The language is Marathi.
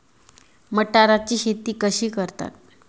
मटाराची शेती कशी करतात?